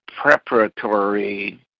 preparatory